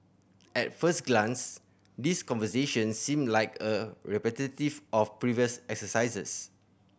at first glance these conversations seem like a of previous exercises